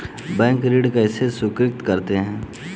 Bank ऋण कैसे स्वीकृत करते हैं?